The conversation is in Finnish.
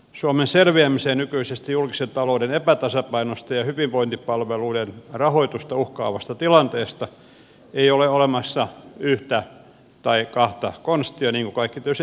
suomen selviämiseen nykyisestä julkisen talouden epätasapainosta ja hyvinvointipalveluiden rahoitusta uhkaavasta tilanteesta ei ole olemassa yhtä tai kahta konstia niin kuin kaikki tietysti toivoisimme